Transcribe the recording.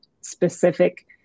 specific